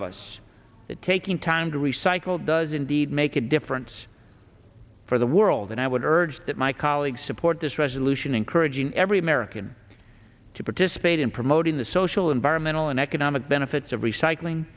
of us that taking time to recycle does indeed make a difference for the world and i would urge that my colleagues support this resolution encouraging every american to participate in promoting the social environmental and economic benefits of recycling